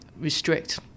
restrict